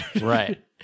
right